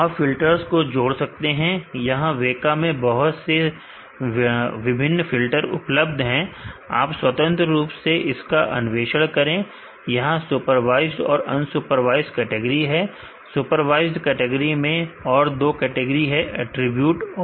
आप फिल्टरस को जोड़ सकते हैं यहां वेका में बहुत से विभिन्न फिल्टर उपलब्ध हैं आप स्वतंत्र रूप से इसका अन्वेषण करें यहां सुपरवाइज्ड और अनसुपरवाइज्ड कैटेगरी है सुपरवाइज्ड कैटेगरी में और दो कैटेगरी है अटरीब्यूट और